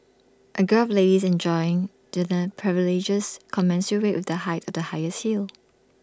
A group of ladies enjoys dining privileges commensurate with the height of the highest heel